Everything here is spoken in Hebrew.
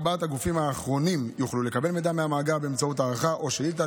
ארבעת הגופים האחרונים יוכלו לקבל מידע מהמאגר באמצעות הערכה או שאילתה.